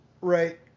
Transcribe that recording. right